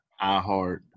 iHeart